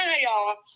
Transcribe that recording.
y'all